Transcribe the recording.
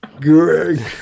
Greg